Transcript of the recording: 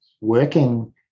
working